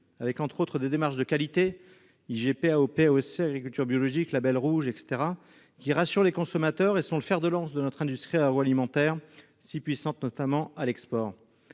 avec, entre autres, des démarches de qualité- IGP, AOP, AOC, agriculture biologique, label rouge, etc. -qui rassurent les consommateurs et sont le fer de lance de notre industrie agroalimentaire, si puissante à l'export.